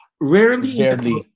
Rarely